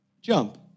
jump